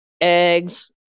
eggs